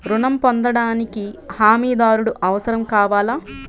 ఋణం పొందటానికి హమీదారుడు అవసరం కావాలా?